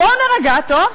בואו נירגע, טוב?